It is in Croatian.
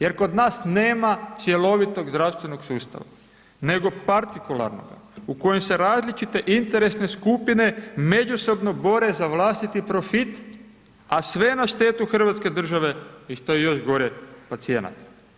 Jer kod nas nema cjelovitog zdravstvenog sustava nego partikularnoga u kojem se različite interesne skupine međusobno bore za vlastiti profit, a sve je na štetu hrvatske države i što je još gore, pacijenata.